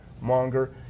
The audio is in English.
monger